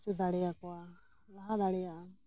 ᱪᱚ ᱫᱟᱲᱮᱭᱟᱠᱚᱣᱟ ᱞᱟᱦᱟ ᱫᱟᱲᱮᱭᱟᱜᱼᱟ